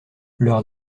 leur